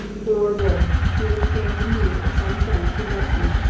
poor boy, he will stand in need of some friend who loves him.